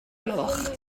gloch